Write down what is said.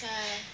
ya